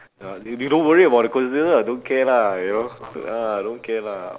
you don't worry about the consequences ah don't care lah you know ah don't care lah